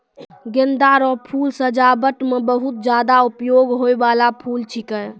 गेंदा रो फूल सजाबट मे बहुत ज्यादा उपयोग होय बाला फूल छिकै